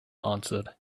answered